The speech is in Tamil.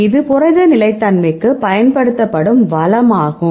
இது புரத நிலைத்தன்மைக்கு பயன்படுத்தப்படும் வளமாகும்